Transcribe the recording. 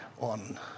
on